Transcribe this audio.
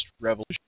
revolution